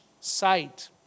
sight